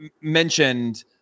mentioned